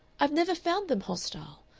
i've never found them hostile.